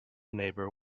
neighbor